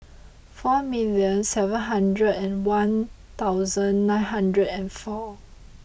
four million seven hundred and one thousand nine hundred and four